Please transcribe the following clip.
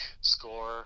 score